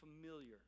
familiar